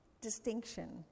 distinction